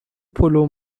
پلو